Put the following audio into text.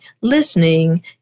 listening